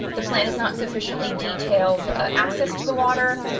the plan is not sufficiently detailed access to the water.